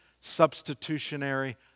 substitutionary